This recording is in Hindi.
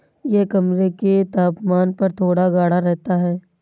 यह कमरे के तापमान पर थोड़ा गाढ़ा रहता है